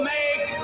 make